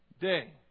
day